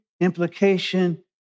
implication